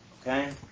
Okay